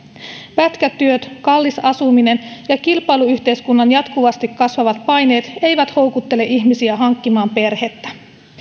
pätkätyöt kallis asuminen ja kilpailuyhteiskunnan jatkuvasti kasvavat paineet eivät houkuttele ihmisiä hankkimaan perhettä